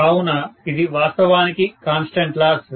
కావున ఇది వాస్తవానికి కాన్స్టెంట్ లాస్